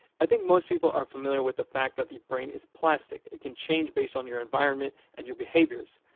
i think most people are familiar with the fact that the brain is plastic it can change based on your environment and your behaviors.